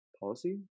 policy